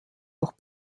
durch